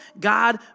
God